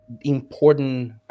important